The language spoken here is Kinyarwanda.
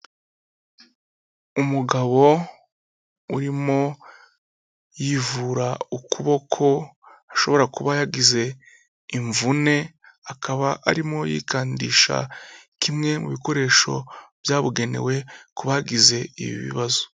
Umugabo urimo yivura ukuboko ashobora kuba yagize imvune, akaba arimo yikandisha kimwe mu bikoresho byabugenewe ku bagize ibi bibazo.